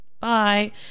bye